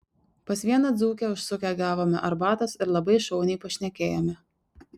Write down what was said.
pas vieną dzūkę užsukę gavome arbatos ir labai šauniai pašnekėjome